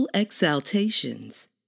exaltations